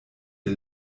ihr